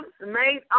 made